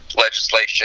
legislation